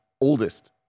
oldest